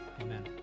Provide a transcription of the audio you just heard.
amen